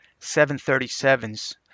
737s